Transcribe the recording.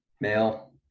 male